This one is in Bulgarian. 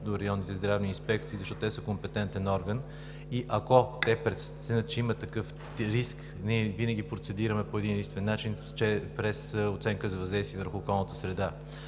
до районните здравни инспекции, защото те са компетентен орган и ако те преценят, че има такъв риск, ние винаги процедираме по един единствен начин, чрез оценка за въздействие върху околната среда.